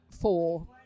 four